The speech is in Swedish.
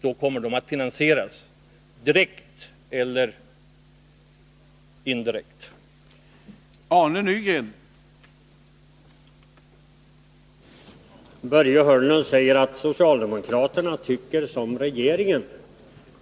De kommer då att finansieras direkt eller indirekt.